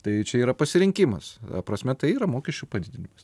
tai čia yra pasirinkimas ta prasme tai yra mokesčių padidinimas